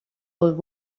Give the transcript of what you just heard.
old